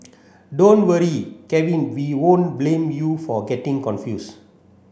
don't worry Kevin we won't blame you for getting confused